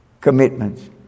commitments